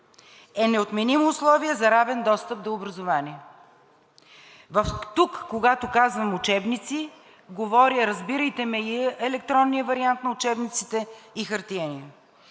е неотменимо условие за равен достъп до образование. Тук, когато казвам учебници, говоря – разбирайте ме, и за електронния вариант на учебниците, и за хартиения.